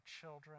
children